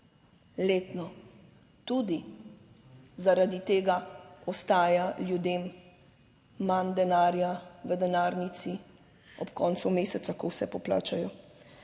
letno. Tudi zaradi tega ostaja ljudem manj denarja v denarnici ob koncu meseca, ko vse poplačajo.